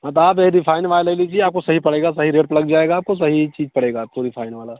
हाँ तो आप यही रिफाइंड वाला ले लीजिए आपको सही पड़ेगा सही रेट पर लग जाएगा आपको सही चीज पड़ेगा आपको रिफाइंड वाला